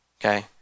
okay